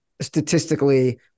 statistically